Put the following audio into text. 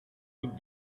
route